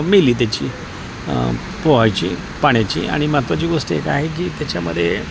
मेली त्याची पोहायची पाण्याची आणि महत्त्वाची गोष्ट एक आहे की त्याच्यामध्ये